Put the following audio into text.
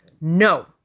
no